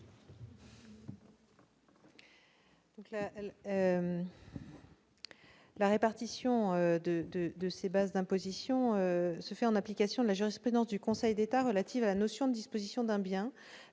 La répartition de ces bases d'imposition se fait en application de la jurisprudence du Conseil d'État relative à la notion de disposition d'un bien,